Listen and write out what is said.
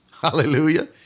Hallelujah